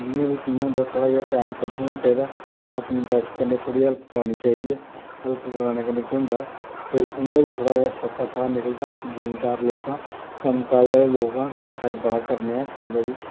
जि'यां बी कि'यां होंदा थोह्ड़ा जेहा टाइम कड्ढना चाहिदा अपनी वाइफ कन्नै थोह्ड़ी हेल्प करानी चाहिदी ऐ हेल्प कराने कन्ने केह् होंदा भई उं'दा बी थोह्ड़ा जेहा सौखा साह् निकलदा अस जिमींदार लोक आं कम्म काज आह्ले लोक आं कम्म काज बड़ा करने आं केईं बारी